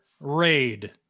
raid